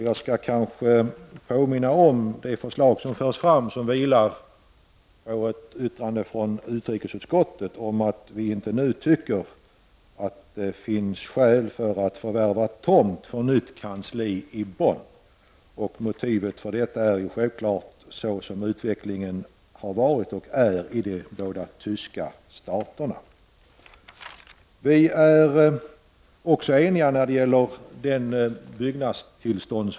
Jag skall kanske påminna om det förslag som förs fram och som vilar på ett yttrande från utrikesutskottet, i vilket det sägs att utskottet inte nu anser att det finns skäl att förvärva en tomt för ett nytt kansli i Bonn. Motivet till detta är ju självfallet den utveckling som skett och som sker i de båda tyska staterna. Vi är också eniga när det gäller volymen för lämnade byggnadstillstånd.